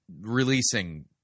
releasing